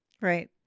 Right